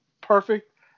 perfect